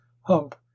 hump